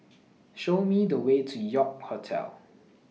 Show Me The Way to York Hotel